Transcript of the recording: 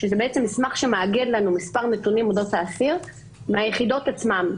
שזה בעצם מסמך שמאגד לנו מספר נתונים אודות האסיר מהיחידות עצמן,